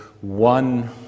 One